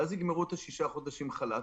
ואז יגמרו שישה חודשים חל"ת,